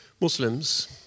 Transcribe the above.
Muslims